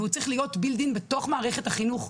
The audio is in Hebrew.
והוא צריך להיות בילד אין בתוך מערכת החינוך,